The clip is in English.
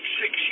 six